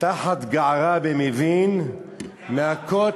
"תַּחת גערה במבין מהכות,